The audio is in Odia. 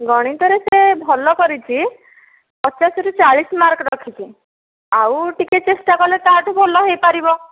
ଗଣିତରେ ସେ ଭଲ କରିଛି ପଚାଶରୁ ଚାଳିଶ ମାର୍କ୍ ରଖିଛି ଆଉ ଟିକେ ଚେଷ୍ଟା କଲେ ତାଠୁ ଭଲ ହେଇପାରିବ